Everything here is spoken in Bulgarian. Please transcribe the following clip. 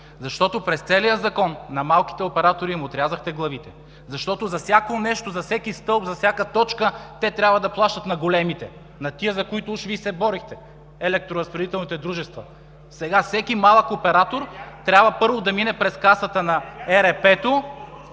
защото през целия закон на малките оператори им отрязахте главите. Защото за всяко нещо, за всеки стълб, за всяка точка те трябва да плащат на големите, на тези, за които уж Вие се борихте – електроразпределителните дружества. Сега всеки малък оператор трябва първо да мине през касата на ЕРП-то,